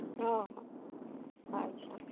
ᱚ ᱦᱚ ᱟᱪᱪᱷᱟ